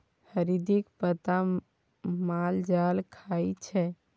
हरदिक पात माल जाल खाइ छै